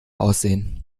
aussehen